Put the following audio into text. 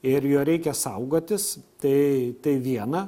ir jo reikia saugotis tai tai viena